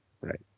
Right